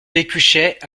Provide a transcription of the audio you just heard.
pécuchet